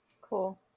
Cool